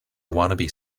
wannabe